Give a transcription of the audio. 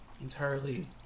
entirely